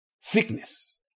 Sickness